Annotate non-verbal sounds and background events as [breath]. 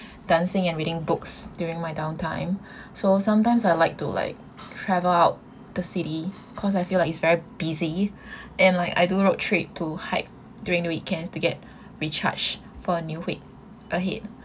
dancing and reading books during my down time [breath] so sometimes I like to like travel out the city 'cause I feel like it's very busy [breath] and I do road trip to hike during the weekends to get recharge for new week ahead